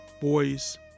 boys